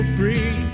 free